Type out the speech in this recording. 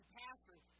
pastor